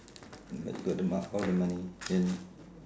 but you got the mo~ all the money then